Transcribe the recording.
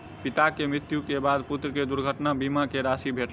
पिता के मृत्यु के बाद पुत्र के दुर्घटना बीमा के राशि भेटलैन